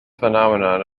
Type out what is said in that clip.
phenomenon